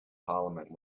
parliament